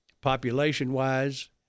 population-wise